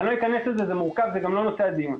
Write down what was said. לא אכנס לזה, זה מורכב וגם לא נושא הדיון.